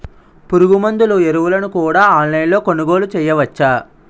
పురుగుమందులు ఎరువులను కూడా ఆన్లైన్ లొ కొనుగోలు చేయవచ్చా?